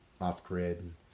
Off-grid